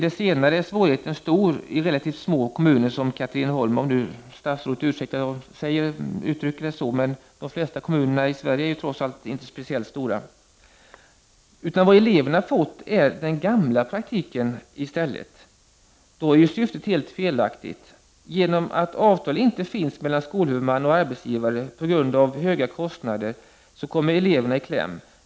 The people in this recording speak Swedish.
Det senare är en stor svårighet i relativt små kommuner som Katrineholm, om statsrådet ursäktar att jag uttrycker det så. Men de flesta kommunerna i Sverige är trots allt inte stora. Vad eleverna fått är den ”gamla” praktiken i stället. Då är ju syftet helt felaktigt. Genom att avtal inte finns mellan skolhuvudman och arbetsgivare, på grund av höga kostnader, kommer eleverna i kläm.